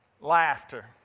laughter